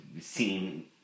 seen